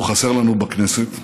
הוא חסר לנו בכנסת,